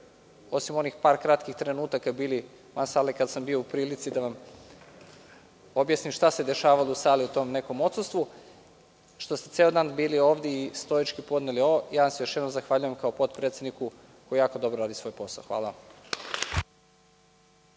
osim onih par kratkih trenutaka kada ste bili van sale, kada sam bio u prilici da vam objasnim šta se dešavalo u sali u tom nekom odsustvu, ceo dan bili ovde i stoički podneli ovo. Još jednom vam se zahvaljujem kao potpredsedniku koji jako dobro radi svoj posao. Hvala